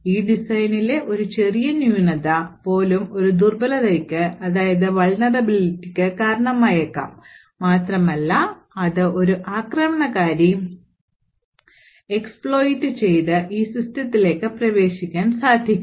ഈ ഡിസൈനിലെ ഒരു ചെറിയ ന്യൂനത പോലും ഒരു ദുർബലതയ്ക്ക് കാരണമായേക്കാം മാത്രമല്ല അത് ഒരു ആക്രമണകാരി എക്സ്പ്ലോയിറ്റ് ചെയ്തു ഈ സിസ്റത്തിലേക്ക് പ്രവേശിക്കാൻ സാധിക്കും